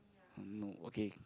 mm no okay